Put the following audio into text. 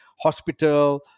Hospital